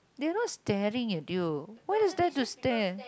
they're not staring at you what is they to stare